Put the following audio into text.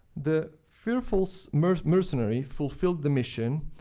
the fearful mercenary fulfilled the mission,